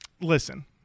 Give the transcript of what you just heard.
listen